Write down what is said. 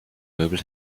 möbel